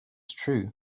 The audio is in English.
true